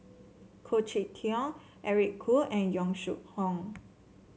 Khoo Cheng Tiong Eric Khoo and Yong Shu Hoong